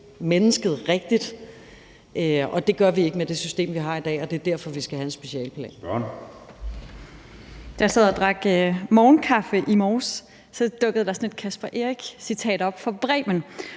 mennesket rigtigt, og det gør vi ikke med det system, vi har i dag. Og det er derfor, at vi skal have en specialeplan.